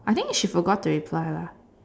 I think she forgot to reply lah